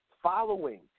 Following